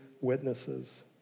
witnesses